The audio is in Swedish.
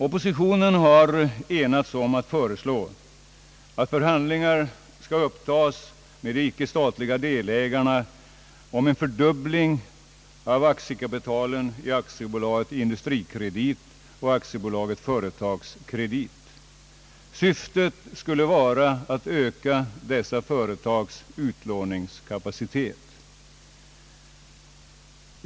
Oppositionen har enats om att föreslå att förhandlingar skall upptagas med de icke statliga delägarna om en fördubbling av aktiekapitalet i AB Industrikredit och AB Företagskredit. Syftet skulle vara att öka dessa företags utlåningskapacitet.